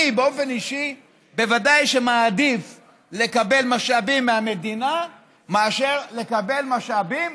אני באופן אישי בוודאי שמעדיף לקבל משאבים מהמדינה מאשר לקבל משאבים